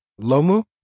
Lomu